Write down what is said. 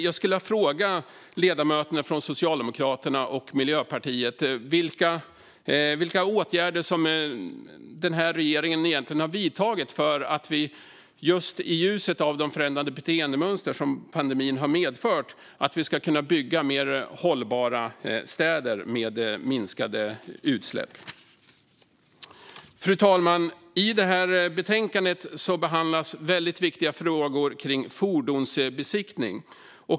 Jag skulle vilja fråga ledamöterna från Socialdemokraterna och Miljöpartiet vilka åtgärder den här regeringen egentligen har vidtagit för att vi i ljuset av de förändrade beteendemönster som pandemin har medfört ska kunna bygga mer hållbara städer med minskade utsläpp som följd. I betänkandet behandlas väldigt viktiga frågor om fordonsbesiktning.